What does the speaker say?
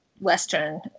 Western